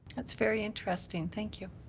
that's very interesting. thank you.